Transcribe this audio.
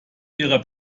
ihrer